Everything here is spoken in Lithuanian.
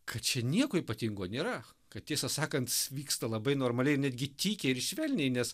kad čia nieko ypatingo nėra kad tiesą sakant vyksta labai normaliai ir netgi tykiai ir švelniai nes